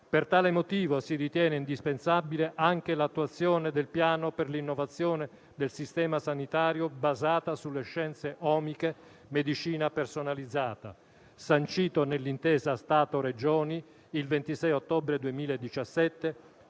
Per tale motivo si ritiene indispensabile anche l'attuazione del Piano per l'innovazione del sistema sanitario basata sulle scienze omiche medicina personalizzata, sancito nell'intesa Stato-Regioni il 26 ottobre 2017,